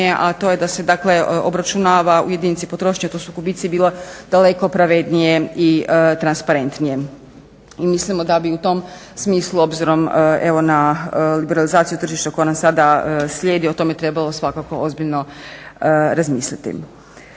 a to je da se dakle obračuna u jedinici potrošnje, a to su kubici, bilo daleko pravednije i transparentnije. I mislimo da bi u tom smislu, obzirom evo na liberalizaciju tržišta koje nas sada slijedi, o tome trebalo svakako ozbiljno razmisliti.